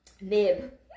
Nib